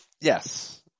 yes